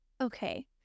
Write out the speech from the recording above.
okay